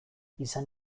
izan